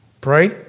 Pray